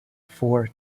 for